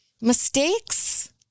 Mistakes